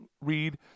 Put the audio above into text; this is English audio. read